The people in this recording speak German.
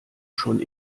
schon